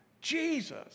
Jesus